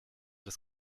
des